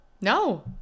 no